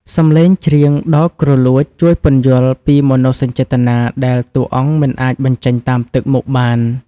សំឡេងច្រៀងដ៏គ្រលួច ជួយពន្យល់ពីមនោសញ្ចេតនាដែលតួអង្គមិនអាចបញ្ចេញតាមទឹកមុខបាន។